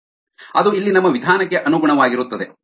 ಅದು ಇಲ್ಲಿ ನಮ್ಮ ವಿಧಾನಕ್ಕೆ ಅನುಗುಣವಾಗಿರುತ್ತದೆ